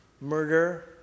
murder